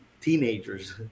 teenagers